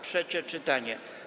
Trzecie czytanie.